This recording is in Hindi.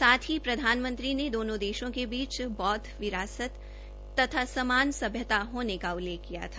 साथ ही प्रधानमंत्री ने दोनों देशों के बीच बौद्व विरासत तथा समान सभ्यता होने का उल्लेख किया था